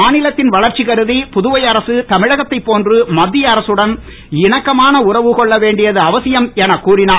மாநிலத்தின் வளர்ச்சி கருதி புதுவை அரசு தமிழகத்தை போன்று மத்திய அரசுடன் இணக்கமான உறவு கொள்ள வேண்டியது அவசியம் என கூறினார்